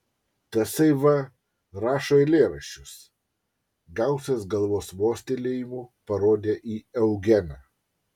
tasai va rašo eilėraščius gausas galvos mostelėjimu parodė į eugeną